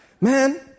Man